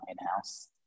in-house